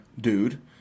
dude